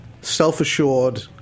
self-assured